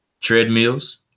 treadmills